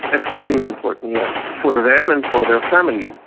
extremely important, yes, for them and for their families.